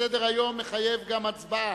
וסדר-היום מחייב גם הצבעה: